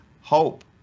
hope